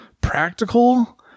practical